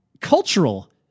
cultural